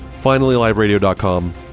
finallyliveradio.com